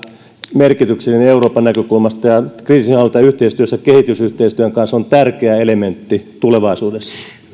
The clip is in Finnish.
merkityksellinen euroopan näkökulmasta ja kriisinhallinta yhteistyössä kehitysyhteistyön kanssa on tärkeä elementti tulevaisuudessa